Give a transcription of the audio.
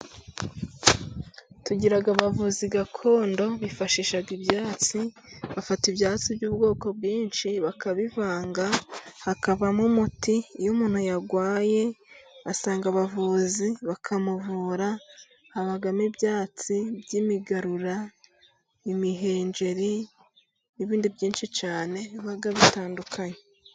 Tugira abavuzi gakondo. Bifashisha ibyatsi, bafata ibyatsi by'ubwoko bwinshi bakabivanga hakavamo umuti. Iyo umuntu yarwaye basanga abavuzi bakamuvura. Habamo ibyatsi by'imigarura, imihengeri, n'ibindi byinshi cyane biba bitandukanye.